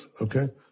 Okay